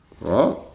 Right